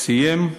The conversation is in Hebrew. סיים,